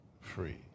free